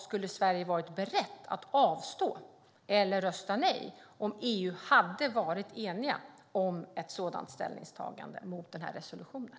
Skulle Sverige ha varit berett att avstå eller rösta nej om EU hade varit enigt om ett sådant ställningstagande mot den här resolutionen?